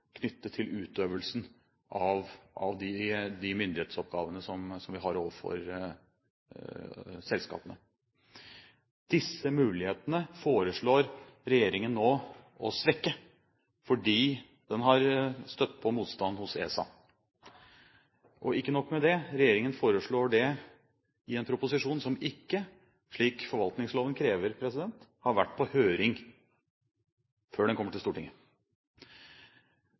knyttet til utøvelsen av de myndighetsoppgavene som vi har overfor selskapene. Disse mulighetene foreslår regjeringen nå å svekke, fordi den har støtt på motstand hos ESA. Og ikke nok med det: Regjeringen foreslår det i en proposisjon som ikke, slik forvaltningsloven krever, har vært på høring før den kommer til Stortinget.